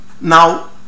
Now